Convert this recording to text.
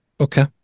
Okay